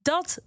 Dat